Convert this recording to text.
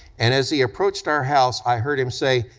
and as he approached our house, i heard him say,